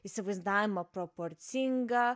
įsivaizdavimą proporcinga